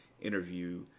interview